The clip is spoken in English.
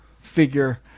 figure